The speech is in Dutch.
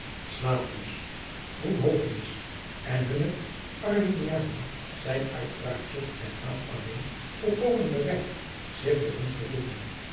en hunne arminianen zijn uit wraakzucht en haat alleen volkomen bereid zich bij ons te voegen